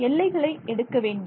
எல்லைகளை எடுக்க வேண்டும்